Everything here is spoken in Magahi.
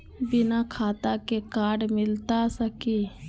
बिना खाता के कार्ड मिलता सकी?